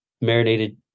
marinated